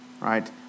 right